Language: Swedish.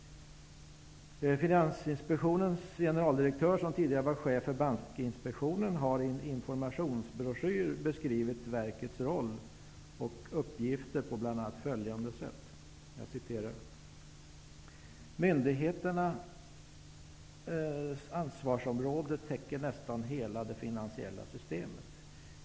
Finansinspektionens generaldirektör, som tidigare var chef för Bankinspektionen, har i en informationsbroschyr beskrivit verkets roll och uppgifter på bl.a. följande sätt: ''Myndigheternas ansvarsområde täcker nästan hela det finansiella systemet.